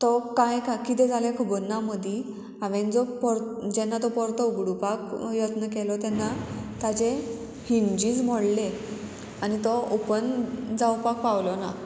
तो कांय का कितें जालें खबर ना मदीं हांवेन जो पोर जेन्ना तो परतो उगडुपाक यत्न केलो तेन्ना हिंजीस मोडले आनी तो ओपन जावपाक पावलो ना